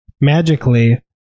magically